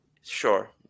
Sure